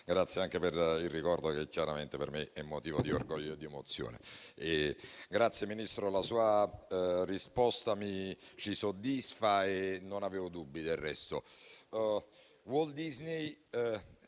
ringrazio per il ricordo, che chiaramente per me è motivo di orgoglio ed emozione. Signor Ministro, la sua risposta ci soddisfa e non avevo dubbi, del resto,